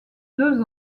deux